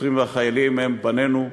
השוטרים והחיילים הם בנינו,